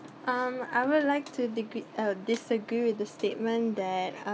um I would like to digreed~ uh disagreed with the statement that uh